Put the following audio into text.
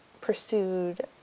pursued